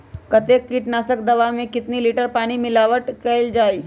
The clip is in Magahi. कतेक किटनाशक दवा मे कितनी लिटर पानी मिलावट किअल जाई?